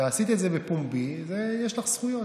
ועשית את זה בפומבי, יש לך זכויות.